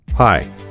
Hi